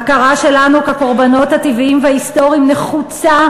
ההכרה שלנו כקורבנות הטבעיים וההיסטוריים נחוצה